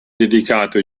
dedicato